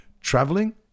traveling